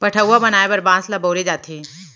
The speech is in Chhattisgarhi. पठअउवा बनाए बर बांस ल बउरे जाथे